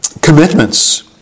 commitments